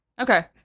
Okay